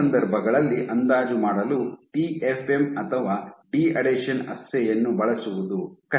ಈ ಸಂದರ್ಭಗಳಲ್ಲಿ ಅಂದಾಜು ಮಾಡಲು ಟಿಎಫ್ಎಂ ಅಥವಾ ಡಿಅಡೆಷನ್ ಅಸ್ಸೇಯನ್ನು ಬಳಸುವುದು ಕಷ್ಟ